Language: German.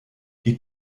die